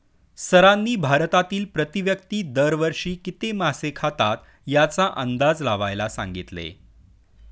सरांनी भारतातील प्रति व्यक्ती दर वर्षी किती मासे खातात याचा अंदाज लावायला सांगितले?